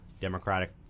democratic